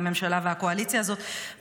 לממשלה ולקואליציה הזאת,